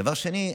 דבר שני,